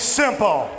simple